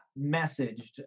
messaged